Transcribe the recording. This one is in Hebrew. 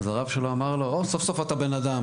הרב שלו אמר לו: סוף-סוף אתה בן אדם.